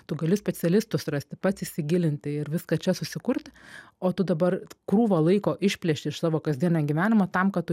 tu gali specialistus rasti pats įsigilinti ir viską čia susikurti o tu dabar krūvą laiko išplėšti iš savo kasdienio gyvenimo tam kad tu